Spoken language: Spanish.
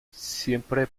siempre